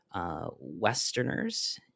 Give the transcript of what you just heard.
Westerners